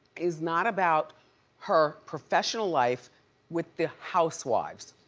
is not about her professional life with the housewives.